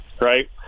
right